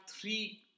three